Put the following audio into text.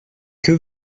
que